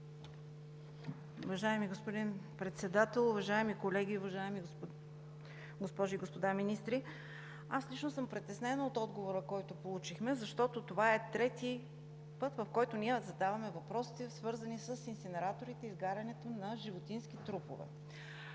Уважаеми господин Председател, уважаеми колеги, уважаеми госпожи и господа министри! Аз лично съм притеснена от отговора, който получихме, защото това е трети път, в който ние задаваме въпросите, свързани с инсинераторите и изгарянето на животински трупове.